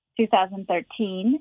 2013